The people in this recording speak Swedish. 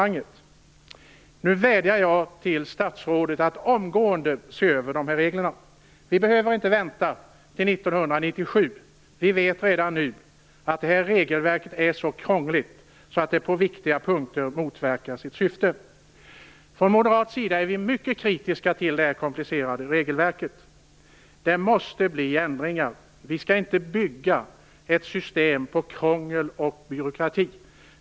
Nu vädjar jag till statsrådet att omgående se över reglerna. Vi behöver inte vänta till 1997, vi vet redan nu att det här regelverket är så krångligt att det på viktiga punkter motverkar sitt syfte. Från moderat sida är vi mycket kritiska till det komplicerade regelverket. Det måste bli ändringar. Vi skall inte bygga ett system på krångel och byråkrati.